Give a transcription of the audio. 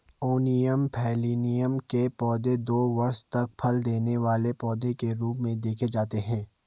onion family के पौधे दो वर्ष तक फल देने वाले पौधे के रूप में देखे जाते हैं